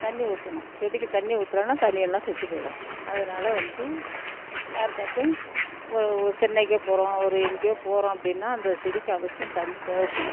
தண்ணி ஊற்றணும் செடிக்கு தண்ணி ஊற்றலன்னா தண்ணி இல்லாம செத்து போய்டும் அதனால வந்து யாருக்காச்சும் ஒரு ஒரு சென்னைக்கு போகிறோம் ஒரு எங்கேயோ போகிறோம் அப்படின்னா அந்த செடிக்கு அவசியம் தண்ணி தேவைப்படும்